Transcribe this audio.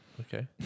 Okay